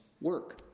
work